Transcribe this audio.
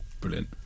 Brilliant